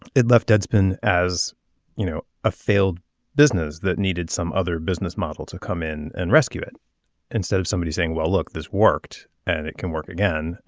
it left deadspin as you know a failed business that needed some other business model to come in and rescue it instead of somebody saying well look this worked and it can work again.